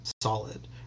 solid